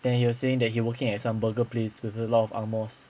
then he was saying that he working at some burger place with a lot of angmohs